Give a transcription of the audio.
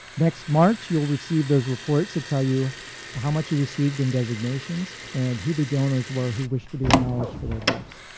next march you will receive those reports that tell you how much you received in designations, and who the donors were who wish to be acknowledged for their gifts.